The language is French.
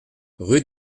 rue